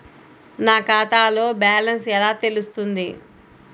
నా ఖాతాలో బ్యాలెన్స్ ఎలా తెలుస్తుంది?